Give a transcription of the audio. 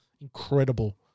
incredible